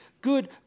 good